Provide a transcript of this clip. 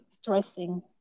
Stressing